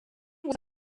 was